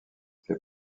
ses